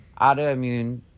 Autoimmune